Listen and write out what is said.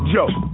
Joe